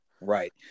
Right